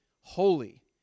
holy